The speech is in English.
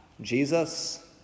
Jesus